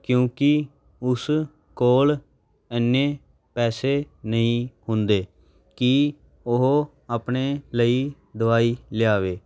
ਕਿਉਂਕਿ ਉਸ ਕੋਲ ਇੰਨੇ ਪੈਸੇ ਨਹੀਂ ਹੁੰਦੇ ਕਿ ਉਹ ਆਪਣੇ ਲਈ ਦਵਾਈ ਲਿਆਵੇ